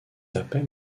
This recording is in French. appel